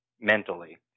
mentally